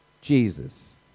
Jesus